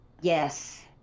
Yes